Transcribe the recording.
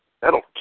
That'll